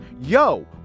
Yo